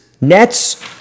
Nets